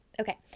Okay